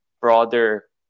broader